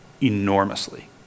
enormously